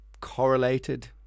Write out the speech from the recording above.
correlated